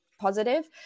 positive